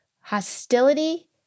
Hostility